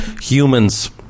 humans